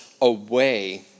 away